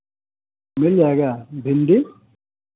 मिल जाएगा भिंडी